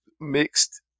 mixed